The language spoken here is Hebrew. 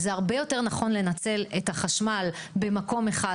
וזה הרבה יותר נכון לנצל את החשמל במקום אחד,